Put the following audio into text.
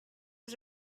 was